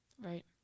Right